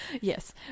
yes